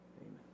Amen